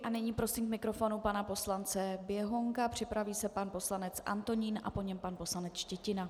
A nyní prosím k mikrofonu pana poslance Běhounka, připraví se pan poslanec Antonín a po něm pan poslanec Štětina.